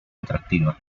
atractiva